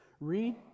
Read